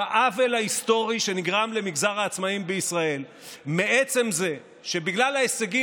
בעוול ההיסטורי שנגרם למגזר העצמאים בישראל מעצם זה שבגלל ההישגים,